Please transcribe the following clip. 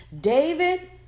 David